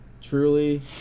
truly